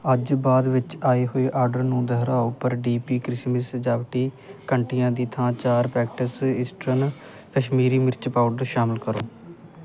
ਅੱਜ ਬਾਅਦ ਵਿੱਚ ਆਏ ਹੋਏ ਆਰਡਰ ਨੂੰ ਦੁਹਰਾਓ ਪਰ ਡੀ ਪੀ ਕ੍ਰਿਸਮਸ ਸਜਾਵਟੀ ਘੰਟੀਆਂ ਦੀ ਥਾਂ ਚਾਰ ਪੈਕੇਟਸ ਇਸਟਰਨ ਕਸ਼ਮੀਰੀ ਮਿਰਚ ਪਾਊਡਰ ਸ਼ਾਮਲ ਕਰੋ